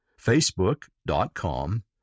Facebook.com